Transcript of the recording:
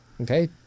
okay